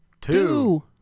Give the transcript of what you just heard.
two